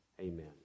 amen